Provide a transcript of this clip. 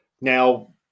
Now